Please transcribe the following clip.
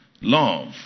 Love